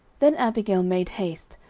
then abigail made haste,